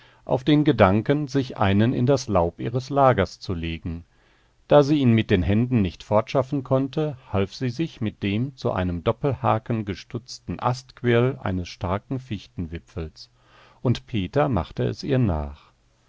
auf den gedanken sich einen in das laub ihres lagers zu legen da sie ihn mit den händen nicht fortschaffen konnte half sie sich mit dem zu einem doppelhaken gestutzten astquirl eines starken fichtenwipfels und peter machte es ihr nach